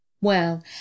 Well